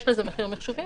יש לזה מחיר מחשובי,